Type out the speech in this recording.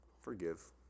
Forgive